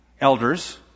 elders